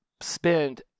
spend